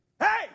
hey